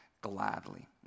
gladly